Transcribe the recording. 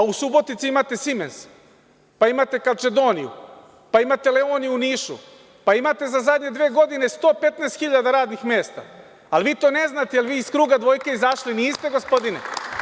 U Subotici imate Simens, pa imate „Kačedoniju“, pa imate „Leoni“ u Nišu, pa imate za zadnje dve godine 115 hiljada radnih mesta, ali vi to ne znate jer vi iz kruga dvojke izašli niste gospodine.